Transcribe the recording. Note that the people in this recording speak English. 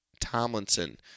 Tomlinson